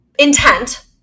Intent